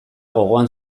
gogoan